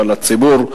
אבל הציבור,